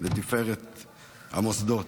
לתפארת המוסדות,